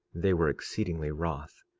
they were exceedingly wroth,